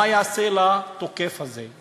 מה יעשה לתוקף הזה?